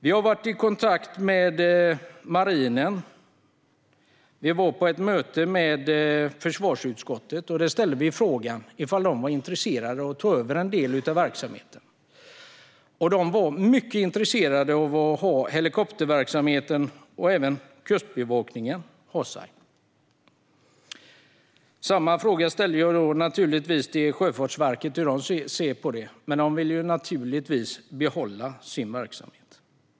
Vi var tillsammans med försvarsutskottet på ett möte med marinen. Där ställde vi frågan ifall de var intresserade av att ta över en del av verksamheten. De var mycket intresserade av att ta över helikopterverksamheten och även Kustbevakningen. Jag ställde naturligtvis frågan till Sjöfartsverket hur de ser på detta, men de vill ju naturligtvis behålla sin verksamhet.